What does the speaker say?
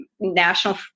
national